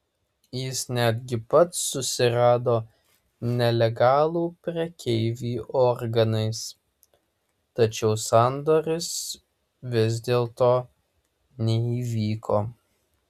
jis netgi pats susirado nelegalų prekeivį organais tačiau sandoris vis dėlto neįvyko